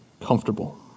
comfortable